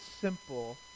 simple